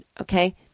Okay